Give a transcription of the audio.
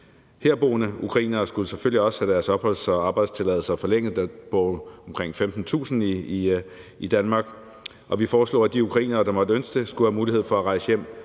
Herboende ukrainere skulle selvfølgelig også have deres opholds- og arbejdstilladelser forlænget; der bor omkring 15.000 i Danmark. Og vi foreslog, at de ukrainere, der måtte ønske det, skulle have mulighed for at rejse hjem